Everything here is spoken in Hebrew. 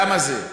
למה זה?